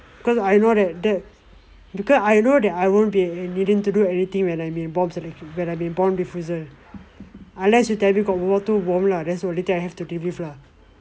cause I know that that because I know that I won't be needing to do anything when I'm in bomb selection when I'm in bomb diffuser unless you tell me got world war two bomb lah that's all later I will have to deal with lah